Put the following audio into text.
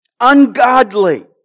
ungodly